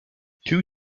two